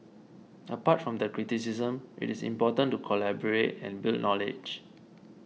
apart from the criticism it is important to collaborate and build knowledge